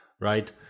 Right